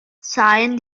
seien